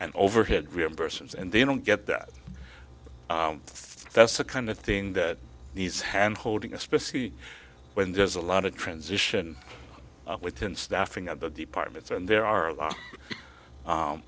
and overhead reimbursements and they don't get that that's the kind of thing that needs hand holding especially when there's a lot of transition within staffing at the departments and there are a lot